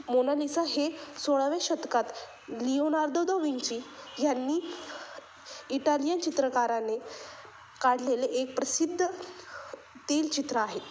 Mona Lisa हे सोळाव्या शतकात लिओनार्दो दो विंची यांनी इटालियन चित्रकाराने काढलेले एक प्रसिद्ध तैल चित्र आहे